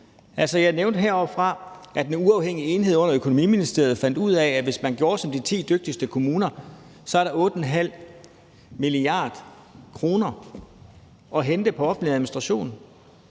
jeg nævnte heroppefra, at en uafhængig enhed ovre i Økonomiministeriet fandt ud af, at hvis man gjorde som de ti dygtigste kommuner, er der 8,5 mia. kr. at hente på offentlig administration.